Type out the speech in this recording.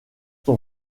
son